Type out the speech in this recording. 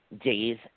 days